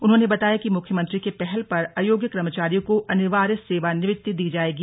उन्होंने बताया कि मुख्यमंत्री के पहल पर अयोग्य कर्मचारियों को अनिवार्य सेवानिवृत्ति दी जायेगी